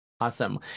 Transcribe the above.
Awesome